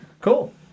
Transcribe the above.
Cool